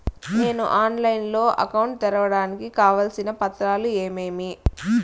నేను ఆన్లైన్ లో అకౌంట్ తెరవడానికి కావాల్సిన పత్రాలు ఏమేమి?